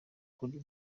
kuri